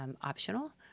optional